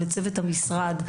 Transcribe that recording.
לצוות המשרד,